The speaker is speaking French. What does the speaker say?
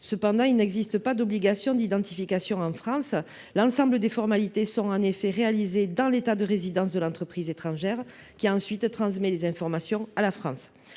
Cependant, il n’existe pas d’obligation d’identification en France. L’ensemble des formalités sont en effet réalisées dans l’État de résidence de l’entreprise étrangère, qui transmet ensuite les informations à la France.